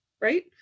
Right